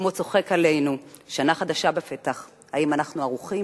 כמו צוחק עלינו: שנה חדשה בפתח, האם אנחנו ערוכים?